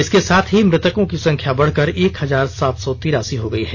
इसके साथ ही मृतकों की संख्या बढकर एक हजार सात सौ तिरासी हो गई है